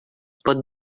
pot